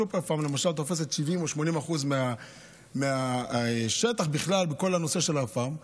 סופר-פארם למשל תופסת 70% או 80% מהשטח בכל הנושא של הפארם,